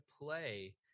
play